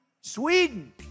Sweden